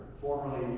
formerly